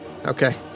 Okay